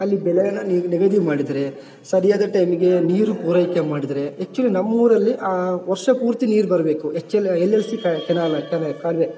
ಅಲ್ಲಿ ಬೆಲೆಯನ್ನ ನಿಗದಿ ಮಾಡಿದರೆ ಸರಿಯಾದ ಟೈಮಿಗೆ ನೀರು ಪೂರೈಕೆ ಮಾಡಿದರೆ ಅಚ್ಚುಲಿ ನಮ್ಮೂರಲ್ಲಿ ವರ್ಷ ಪೂರ್ತಿ ನೀರು ಬರಬೇಕು ಯಚ್ಚುಲಿ ಎಲ್ ಎಲ್ ಸಿ ಕೆನಾಲ್ ಕಲ್ ಕಾಲುವೆ